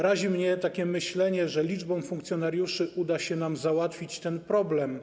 Razi mnie takie myślenie, że liczbą funkcjonariuszy uda się nam załatwić ten problem.